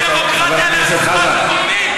אתה באמת משווה דמוקרטיה לאסופה של בוגדים?